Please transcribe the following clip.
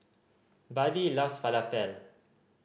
Buddie loves Falafel